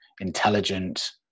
intelligent